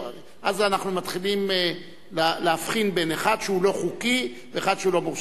ואז אנחנו מתחילים להבחין בין אחד שהוא לא חוקי ואחד שהוא לא מורשה.